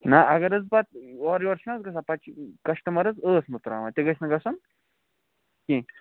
نہَ اَگر حظ پَتہٕ اوٚرٕ یوٚر چھِنہٕ حظ گَژھان پَتہٕ چھِ کَسٹٕمَرس ٲس مٔژراوان تہِ گَژھِ نہٕ گَژھُن کیٚنٛہہ